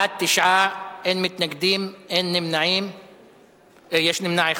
בעד, 9, אין מתנגדים, נמנע אחד.